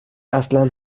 اصلن